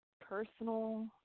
personal